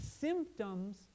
symptoms